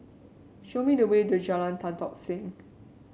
show me the way to Jalan Tan Tock Seng